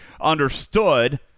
understood